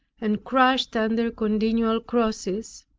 and crushed under continual crosses,